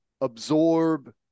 absorb